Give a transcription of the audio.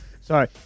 Sorry